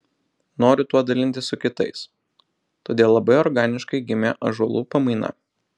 noriu tuo dalintis su kitais todėl labai organiškai gimė ąžuolų pamaina